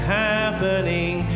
happening